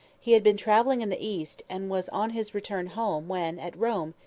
he had been travelling in the east, and was on his return home when, at rome,